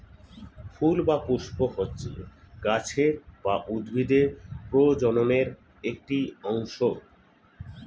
ফুল বা পুস্প হচ্ছে গাছের বা উদ্ভিদের প্রজননের একটি অংশ